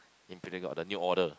Imperial got the new order